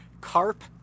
Carp